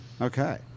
Okay